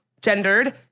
gendered